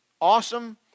Awesome